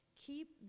keep